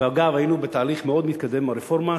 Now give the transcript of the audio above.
ואגב, היינו בתהליך מאוד מתקדם ברפורמה,